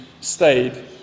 stayed